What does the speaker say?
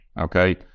okay